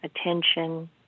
attention